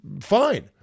fine